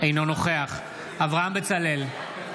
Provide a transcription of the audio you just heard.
אינו נוכח אברהם בצלאל,